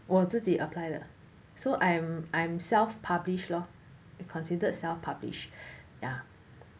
我自己 apply lah so I'm I'm self publish lor considered self publish ya